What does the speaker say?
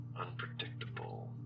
unpredictable